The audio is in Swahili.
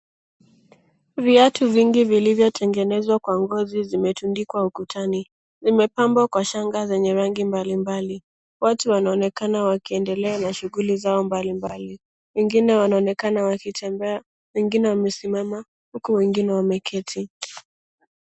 Viatu vingi vilivyotengenezwa kwa ngozi, zimetundikwa ukutani. Zimepambwa kwa shanga zenye rangi mbalimbali. Watu wanaonekana wakiendelea na shughuli zao mbalimbali. Wengine wanaonekana wakitembea, wengine wamesimama huku wengine wameketi